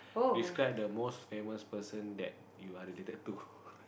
describe the most famous person that you are related to